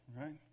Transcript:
right